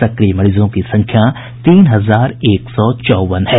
सक्रिय मरीजों की संख्या तीन हजार एक सौ चौवन है